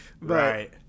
Right